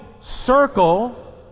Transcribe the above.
Circle